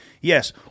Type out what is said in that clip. Yes